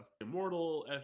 immortal